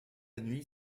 nuit